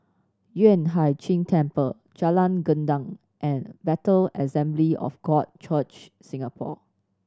Yueh Hai Ching Temple Jalan Gendang and Bethel Assembly of God Church Singapore